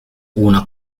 una